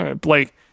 Blake